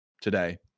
today